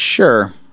Sure